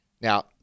now